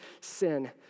sin